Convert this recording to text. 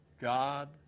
God